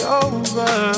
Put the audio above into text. over